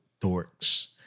dorks